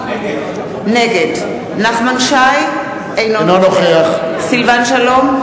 נגד נחמן שי, אינו נוכח סילבן שלום,